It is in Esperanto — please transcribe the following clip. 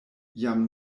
jam